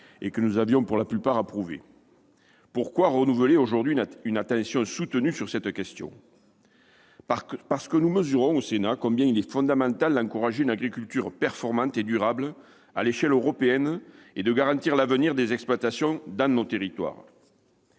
et que nous avions pour la plupart approuvés. Pourquoi renouveler aujourd'hui une attention soutenue sur cette question ? Parce que nous mesurons, au Sénat, combien il est fondamental d'encourager une agriculture performante et durable à l'échelle européenne et de garantir l'avenir des exploitations dans nos territoires.